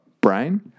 brain